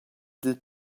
dil